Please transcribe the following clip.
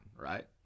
right